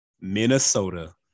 Minnesota